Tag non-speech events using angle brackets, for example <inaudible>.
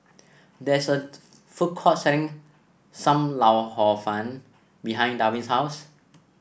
there is a food <unintelligible> court selling Sam Lau Hor Fun behind Darwin's house